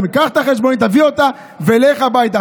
קח את החשבונית, תביא אותה ולך הביתה.